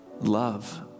love